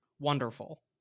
wonderful